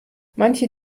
manche